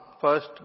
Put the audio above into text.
First